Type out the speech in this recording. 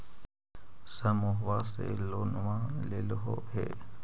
समुहवा से लोनवा लेलहो हे?